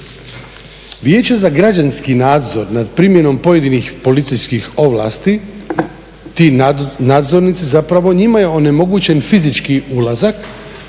Vijeće za građanski nadzor nad primjenom pojedinih policijskih ovlasti, ti nadzornici zapravo, njima je onemogućen fizički ulazak